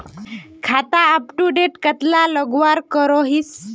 खाता अपटूडेट कतला लगवार करोहीस?